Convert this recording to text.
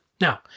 Now